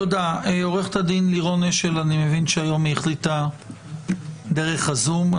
עו"ד לירון אשל, אני מבין שהיום היא דרך הזום.